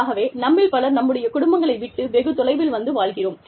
ஆகவே நம்மில் பலர் நம்முடைய குடும்பங்களை விட்டு வெகு தொலைவில் வந்து வாழ்கிறோம்